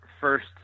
first